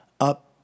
up